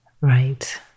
Right